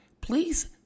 please